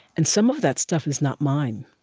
and some of that stuff is not mine.